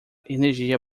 energia